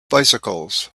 bicycles